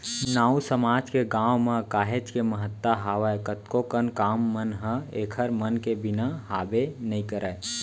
नाऊ समाज के गाँव म काहेच के महत्ता हावय कतको कन काम मन ह ऐखर मन के बिना हाबे नइ करय